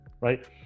right